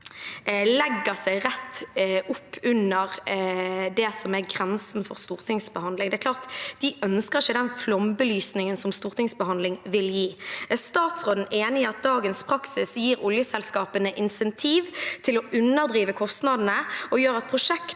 legger seg rett oppunder det som er grensen for stortingsbehandling. Det er klart at de ikke ønsker den flombelysningen som en stortingsbehandling vil gi. Er statsråden enig i at dagens praksis gir oljeselskapene insentiv til å underdrive kostnadene, og gjør at prosjekter